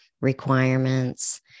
requirements